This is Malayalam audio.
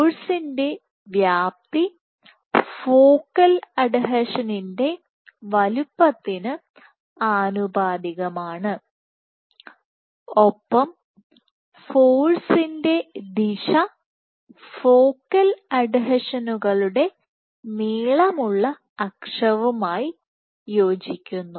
ഫോഴ്സിന്റെ വ്യാപ്തി ഫോക്കൽ അഡ്ഹീഷന്റെ വലുപ്പത്തിന് ആനുപാതികമാണ് ഒപ്പം ഫോഴ്സിന്റെ ദിശ ഫോക്കൽ അഡ്ഹീഷനുകളുടെ നീളമുള്ള അക്ഷവുമായി യോജിക്കുന്നു